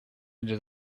into